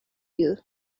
you